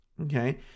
okay